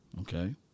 Okay